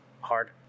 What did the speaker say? hard